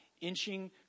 inching